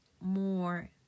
more